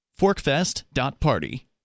ForkFest.party